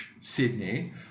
Sydney